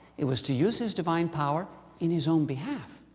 it was to use his divine power in his own behalf.